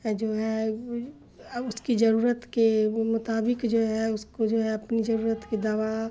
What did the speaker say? جو ہے اس کی ضرورت کے وہ مطابق جو ہے اس کو جو ہے اپنی ضرورت کی دوا